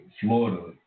Florida